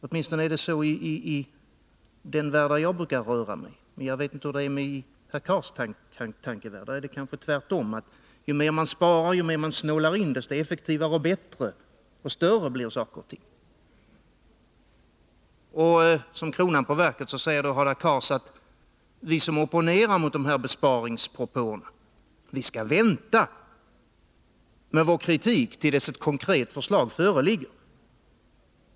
Åtminstone är det så i den värld jag brukar röra mig. Men jag vet inte hur det är i herr Cars tankevärld. Där är det kanske tvärtom — ju mer man sparar och snålar in, desto effektivare, bättre och större blir saker och ting. Som kronan på verket säger Hadar Cars att vi som opponerar mot de här besparingspropåerna skall vänta med vår kritik till dess att ett konkret förslag föreligger.